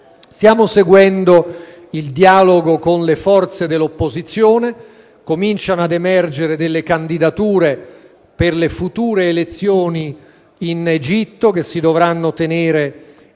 Stiamo seguendo il dialogo con le forze dell'opposizione. Cominciano ad emergere delle candidature per le future elezioni in Egitto, che si dovranno tenere,